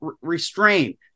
restrain